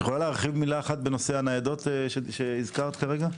את יכולה להרחיב בכמה מילים על נושא הניידות שהזכרת כרגע?